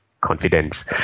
confidence